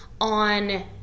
on